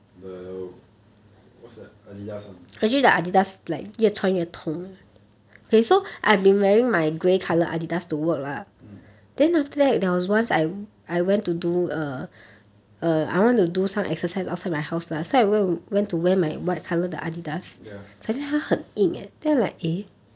the what's that adidas one mm ya